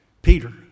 Peter